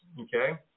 Okay